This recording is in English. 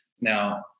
now